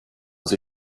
sie